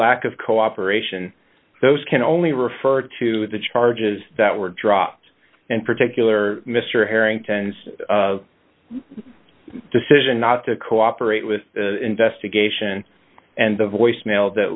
lack of cooperation those can only refer to the charges that were dropped and particular mr harrington's decision not to cooperate with the investigation and the voice mail that